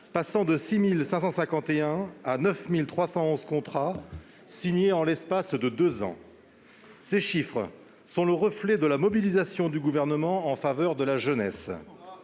passant de 6 551 à 9 311 contrats signés en l'espace de deux ans. Ces chiffres sont le reflet de la mobilisation du Gouvernement en faveur de la jeunesse.